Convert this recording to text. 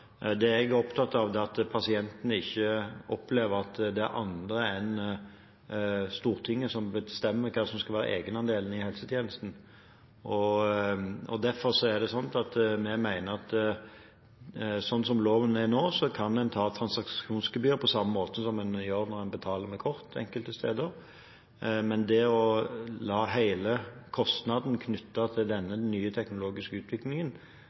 Det jeg er opptatt av, er at pasientene ikke opplever at det er andre enn Stortinget som bestemmer hva som skal være egenandelene i helsetjenesten. Derfor mener vi at sånn som loven er nå, kan en ta transaksjonsgebyr på samme måte som en gjør når en betaler med kort enkelte steder. Men det å la hele kostnaden knyttet til denne nye teknologiske utviklingen